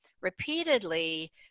repeatedly